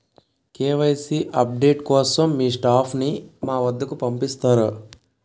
KYC update కోసం మీ staff ని మా వద్దకు పంపిస్తారా?